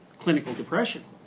clinical depression.